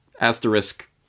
asterisk